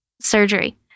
surgery